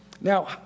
Now